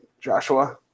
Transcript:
Joshua